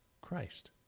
Christ